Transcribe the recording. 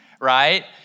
right